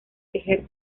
tejer